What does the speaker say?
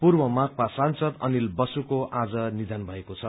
पूर्व माकपा सांसद अनिल बसुको आज निधन भएको छ